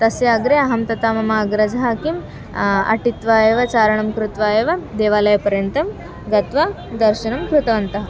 तस्य अग्रे अहं तथा मम अग्रजः किम् अटित्वा एव चारणं कृत्वा एव देवालयपर्यन्तं गत्वा दर्शनं कृतवन्तः